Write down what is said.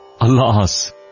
Alas